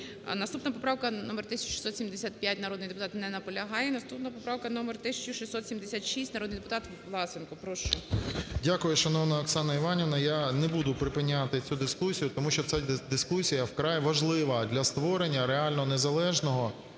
Наступна поправка - номер 1675. Народний депутат не наполягає. Наступна поправка - номер 1676. Народний депутат Власенко, прошу. 11:22:59 ВЛАСЕНКО С.В. Дякую, шановна Оксана Іванівна. Я не буду припиняти цю дискусію, тому що ця дискусія вкрай важлива для створення реально незалежного